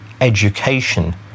education